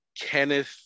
Kenneth